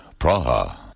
Praha